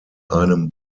einem